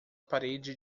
parede